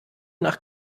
nach